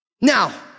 Now